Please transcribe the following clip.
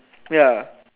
ya